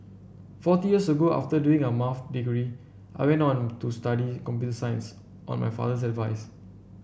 forty years ago after doing a Maths degree I went on to study computer science on my father's advice